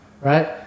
Right